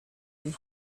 and